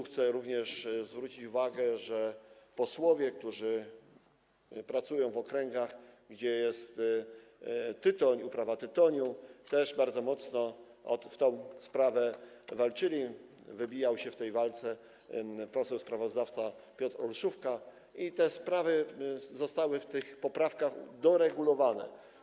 Chcę też zwrócić uwagę, że posłowie, którzy pracują w okręgach, gdzie jest uprawiany tytoń, bardzo mocno o tę sprawę walczyli - wybijał się w tej walce poseł sprawozdawca Piotr Olszówka - i te sprawy zostały w tych poprawkach doregulowane.